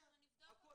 אז אנחנו נבדוק אותה.